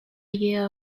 year